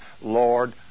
Lord